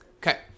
Okay